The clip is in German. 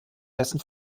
dessen